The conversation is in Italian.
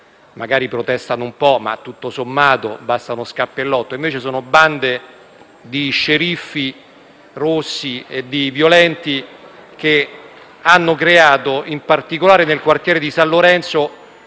magari protestano un po' ma tutto sommato basta uno scappellotto - e invece sono bande di sceriffi rossi e di violenti che hanno creato, in particolare nel quartiere di San Lorenzo,